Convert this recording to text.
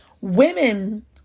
women